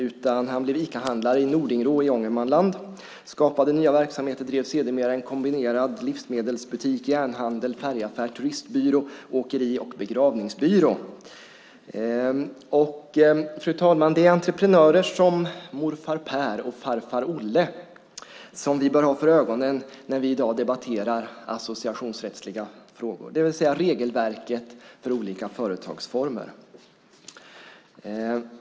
Han blev i stället Icahandlare i Nordingrå i Ångermanland, startade nya verksamheter och drev sedermera en kombinerad livsmedelsbutik, järnhandel, färgaffär, turistbyrå, åkeri och begravningsbyrå. Fru talman! Det är entreprenörer som morfar Per och farfar Olle som vi bör ha för ögonen när vi i dag debatterar associationsrättsliga frågor, det vill säga regelverket för olika företagsformer.